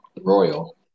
royal